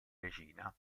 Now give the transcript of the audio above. regina